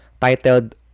titled